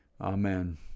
Amen